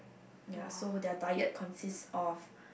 ya so they are diet consists of